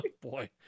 boy